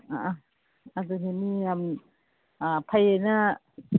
ꯑꯥ ꯑꯗꯨꯅꯤ ꯃꯤ ꯌꯥꯝ ꯑꯥ ꯐꯩꯑꯅ